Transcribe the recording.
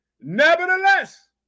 nevertheless